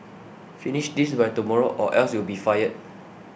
finish this by tomorrow or else you'll be fired